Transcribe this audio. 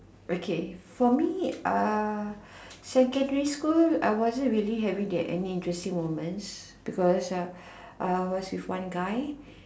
okay for me uh secondary school I wasn't really having the any interesting moments because uh I was with one guy